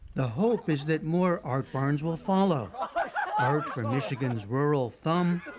the hope is that more art barns will follow, art for michigan's rural thumb,